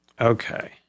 Okay